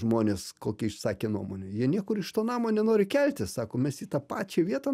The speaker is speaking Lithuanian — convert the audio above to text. žmonės kokią išsakė nuomonę jie niekur iš to namo nenori keltis sako mes į tą pačią vietą